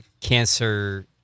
cancer